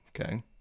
Okay